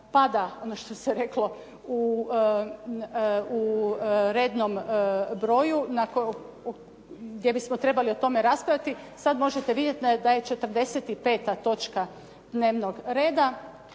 pada, ono što se reklo u rednom broju, gdje bismo trebali o tome raspravljati. Sada možete vidjeti da je 45. točka dnevnog reda.